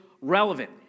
relevant